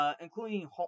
including